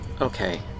Okay